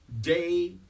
day